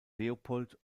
leopold